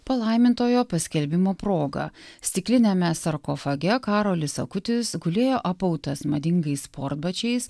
palaimintojo paskelbimo proga stikliniame sarkofage karolis akutis gulėjo apautas madingais sportbačiais